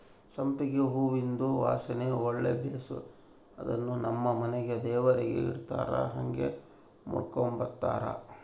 ಸಂಪಿಗೆ ಹೂವಿಂದು ವಾಸನೆ ಒಳ್ಳೆ ಬೇಸು ಅದುನ್ನು ನಮ್ ಮನೆಗ ದೇವರಿಗೆ ಇಡತ್ತಾರ ಹಂಗೆ ಮುಡುಕಂಬತಾರ